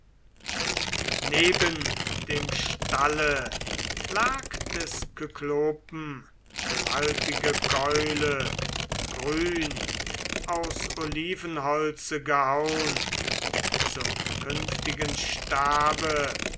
neben dem stalle lag des kyklopen gewaltige keule grün aus olivenholze gehaun zum künftigen stabe